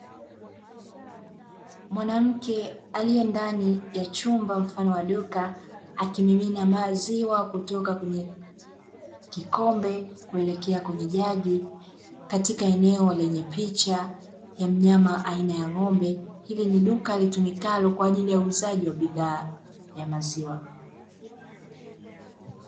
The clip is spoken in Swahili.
Mwanamke aliye ndani ya chumba mfano wa duka, akimimina maziwa kutoka kwenye kikombe kuelekea kwenye jagi; katika eneo lenye picha ya mnyama aina ya ng'ombe. Hili ni duka litumikalo kwa ajili ya uuzaji wa bidhaa ya maziwa.